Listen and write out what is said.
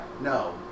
No